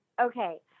Okay